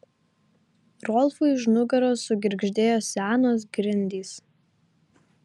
rolfui už nugaros sugirgždėjo senos grindys